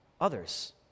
others